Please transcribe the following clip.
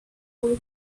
fool